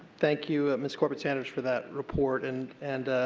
thank you, ms. corbett sanders for that report and and